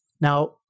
Now